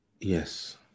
Yes